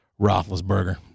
Roethlisberger